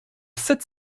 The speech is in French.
sept